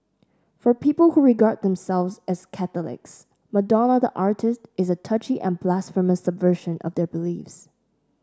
for people who regard themselves as Catholics Madonna the artiste is a touchy and blasphemous subversion of their beliefs